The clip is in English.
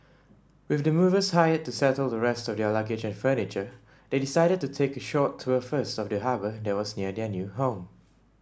with the movers hired to settle the rest of their luggage and furniture they decided to take a short tour first of the harbour that was near their new home